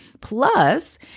Plus